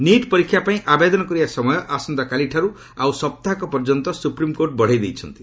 NEET ପରୀକ୍ଷା ପାଇଁ ଆବେଦନ କରିବା ସମୟ ଆସନ୍ତାକାଲିଠାରୁ ଆଉ ସପ୍ତାହକ ପର୍ଯ୍ୟନ୍ତ ସୁପ୍ରିମ୍କୋର୍ଟ ବଢ଼େଇ ଦେଇଛନ୍ତି